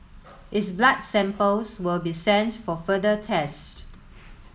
its blood samples will be sent for further tests